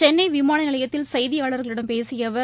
சென்னைவிமானநிலையத்தில் செய்தியாளர்களிடம் பேசியஅவர்